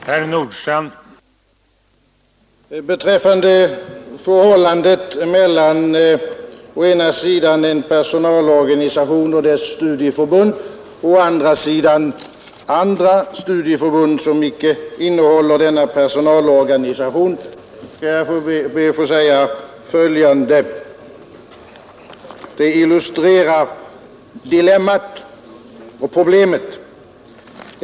Herr talman! Beträffande förhållandet mellan å ena sidan en personalorganisation och dess studieförbund och å andra sidan studieförbund där denna personalorganisation icke ingår skall jag be att få säga följande ty det illustrerar dilemmat och problemet.